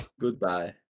Goodbye